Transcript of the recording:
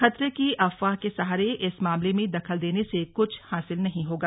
खतरे की अफवाह के सहारे इस मामले में दखल देने से कुछ हासिल नहीं होगा